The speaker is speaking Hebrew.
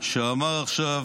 שאמר עכשיו